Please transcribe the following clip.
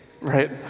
right